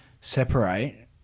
separate